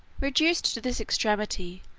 reduced to this extremity,